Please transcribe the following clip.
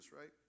right